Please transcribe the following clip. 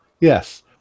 yes